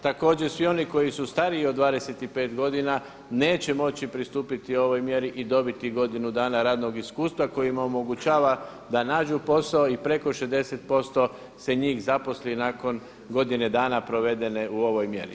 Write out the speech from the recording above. Također svi oni koji su stariji od 25 godina neće moći pristupiti ovoj mjeri i dobiti godinu dana radnog iskustva koje im omogućava da nađu posao i preko 60 posto se njih zaposli nakon godine dana provedene u ovoj mjeri.